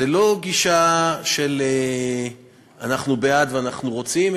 זו לא גישה של אנחנו בעד ואנחנו רוצים,